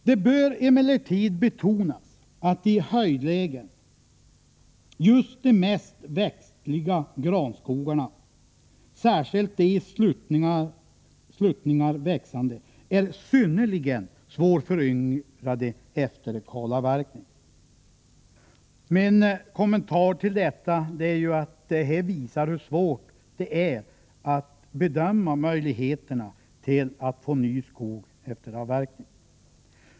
”Det bör emellertid betonas, att i höjdlägen just de mest västliga granskogarna, särskilt de i sluttningar växande, är synnerligen svårföryngrade efter kalavverkning.” Min kommentar till detta är att detta visar hur svårt det är att bedöma möjligheterna att få fram ny skog efter avverkning.